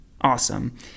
awesome